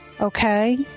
Okay